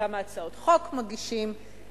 וכמה הצעות חוק מגישים,